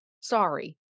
sorry